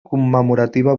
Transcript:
commemorativa